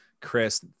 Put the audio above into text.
chris